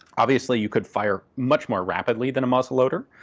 obviously you could fire much more rapidly than a muzzle loader.